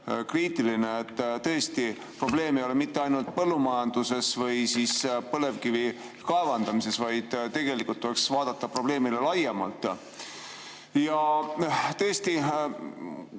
kriitiline. Tõesti, probleem ei ole mitte ainult põllumajanduses või siis põlevkivi kaevandamises, vaid tegelikult tuleks vaadata probleemile laiemalt. [See